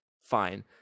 fine